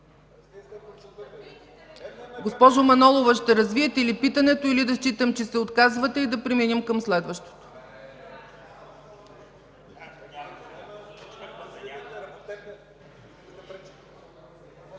Госпожо Манолова, ще развиете ли питането, или да считам, че се отказвате и да преминем към следващия?